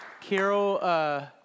Carol